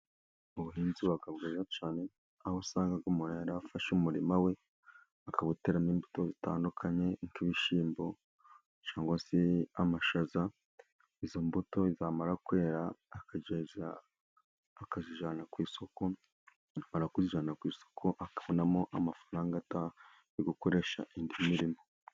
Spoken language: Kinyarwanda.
Ubuhinzi bukabwaho cyane, aho usangaga umuntu yarafashe umurima we, akawuteramo imbuto zitandukanye, nk'ibishyimbo cyangwa se amashaza, izo mbuto zamara kwera akazijyana ku isoko, yamara kuzijyana isoko, akabonamo amafaranga yo gukoresha indi mirimo.